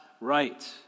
right